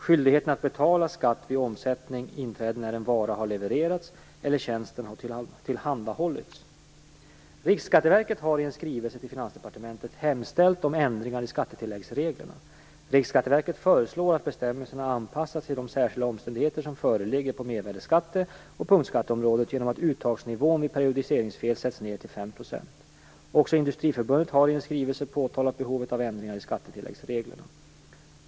Skyldigheten att betala skatt vid omsättning inträder när en vara har levererats eller tjänsten tillhandahållits. Riksskatteverket har i en skrivelse till Finansdepartementet hemställt om ändringar i skattetilläggsreglerna. Riksskatteverket föreslår att bestämmelserna anpassas till de särskilda omständigheter som föreligger på mervärdesskatte och punktskatteområdet genom att uttagsnivån vid periodiseringsfel sätts ned till 5 %. Också Industriförbundet har i en skrivelse påtalat behovet av ändringar i skattetilläggsreglerna.